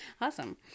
Awesome